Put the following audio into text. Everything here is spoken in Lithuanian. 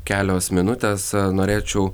kelios minutės norėčiau